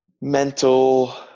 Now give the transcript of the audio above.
mental